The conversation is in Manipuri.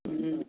ꯎꯝ ꯎꯝ